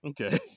okay